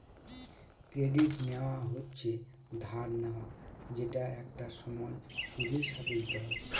credit নেওয়া হচ্ছে ধার নেওয়া যেটা একটা সময় সুদের সাথে দিতে হয়